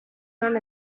none